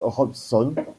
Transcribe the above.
robson